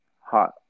Hot